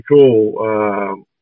cool